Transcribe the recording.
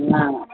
ம் ஆமாம்